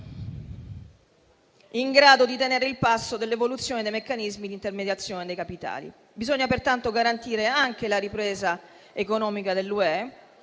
in grado di tenere il passo dell'evoluzione dei meccanismi di intermediazione dei capitali. Bisogna pertanto garantire la ripresa economica dell'UE,